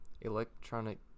Electronic